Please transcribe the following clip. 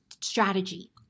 strategy